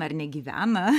ar negyvena